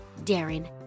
darren